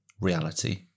reality